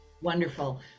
Wonderful